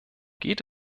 geht